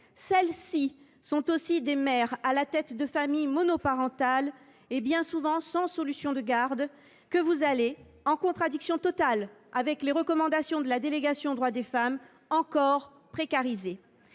celles ci sont aussi des mères à la tête d’une famille monoparentale et, bien souvent, sans solution de garde, que vous allez, en contradiction totale avec les recommandations de la délégation aux droits des femmes, encore précariser.